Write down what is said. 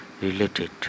related